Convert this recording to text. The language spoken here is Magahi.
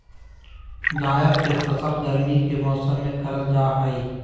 जायद के फसल गर्मी के मौसम में करल जा हइ